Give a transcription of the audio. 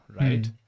right